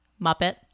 Muppet